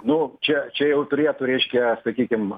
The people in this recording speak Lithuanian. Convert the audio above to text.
nu čia čia jau turėtų reiškia sakykim